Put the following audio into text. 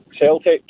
Celtic